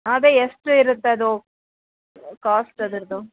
ಅದೇ ಎಷ್ಟು ಇರುತ್ತೆ ಅದು ಕಾಸ್ಟ್ ಅದರದ್ದು